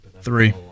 Three